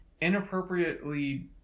inappropriately